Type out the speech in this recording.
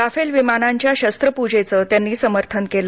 Rafale विमानाच्या शस्त्रपूजेचं त्यांनी समर्थन केलं